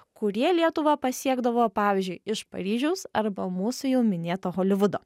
kurie lietuvą pasiekdavo pavyzdžiui iš paryžiaus arba mūsų jau minėto holivudo